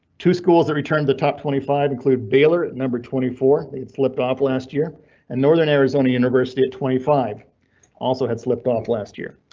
two schools that returned the top twenty five include baylor at twenty four. they had slipped off last year and northern arizona university at twenty five also had slipped off last year.